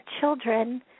children